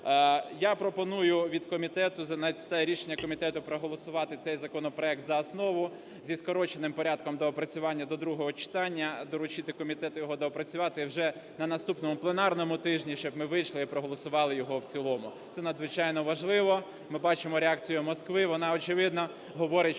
Я пропоную від комітету, за рішенням комітету проголосувати цей законопроект за основу зі скороченим порядком до опрацювання до другого читання, доручити комітету його доопрацювати і вже на наступному пленарному тижні, щоб ми вийшли і проголосували його в цілому. Це надзвичайно важливо. Ми бачимо реакцію Москви, вона, очевидно, говорить,